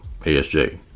ASJ